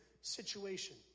situation